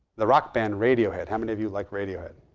the rock band radiohead how many of you like radiohead?